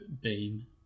beam